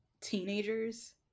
teenagers